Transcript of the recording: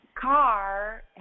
car